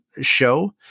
show